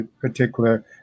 particular